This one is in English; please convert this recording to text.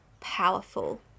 powerful